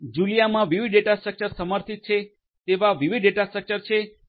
જુલિયામાં વિવિધ data structures સમર્થિત છે તેવા વિવિધ ડેટા સ્ટ્રક્ચર્સ છે